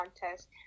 Contest